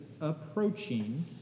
approaching